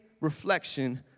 reflection